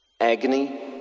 agony